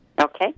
okay